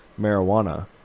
marijuana